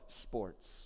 sports